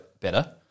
better